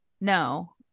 No